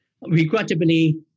Regrettably